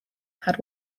had